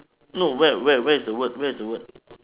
no where where where is the word where is the word